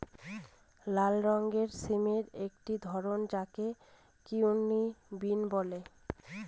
লাল রঙের সিমের একটি ধরন যাকে কিডনি বিন বলে